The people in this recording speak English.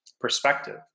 perspective